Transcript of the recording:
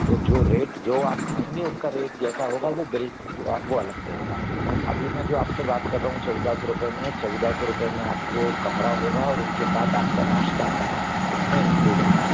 तो जो रेट जो आप खाएंगे उसका रेट जैसा होगा वो बिल्ल वो आ वो अलग से होगा अभी मैं जो आप से बात कर रहा हूँ चौदह सौ रुपये में चौदह सौ रुपए में आपको कमरा होगा और उसके साथ आपका नाश्ता इसमें इन्क्लूड होगा